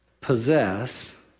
possess